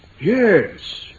Yes